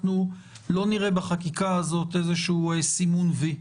אנחנו לא נראה בחקיקה הזאת איזשהו סימון וי.